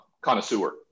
connoisseur